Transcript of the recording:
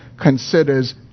considers